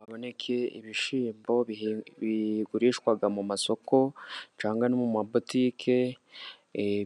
Haboneke ibishyimbo bigurishwa mu masoko, cyangwa no mu mabotike,